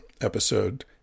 episode